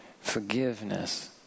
forgiveness